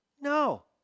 No